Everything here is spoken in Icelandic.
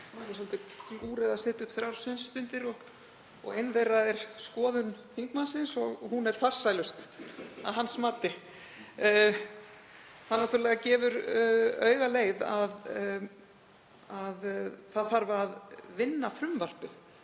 Nú er svolítið glúrið að setja upp þrjár sviðsmyndir og ein þeirra er skoðun þingmannsins og hún er farsælust að hans mati. Það gefur náttúrlega augaleið að það þarf að vinna frumvarpið